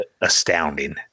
astounding